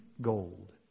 gold